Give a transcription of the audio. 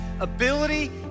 ability